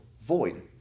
Void